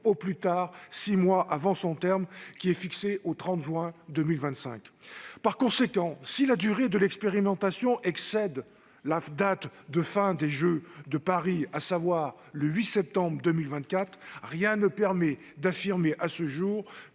au plus tard six mois avant son terme, fixé au 30 juin 2025. Par conséquent, si la durée de l'expérimentation excède la date de la fin des Jeux, à savoir le 8 septembre 2024, rien ne permet d'affirmer à ce jour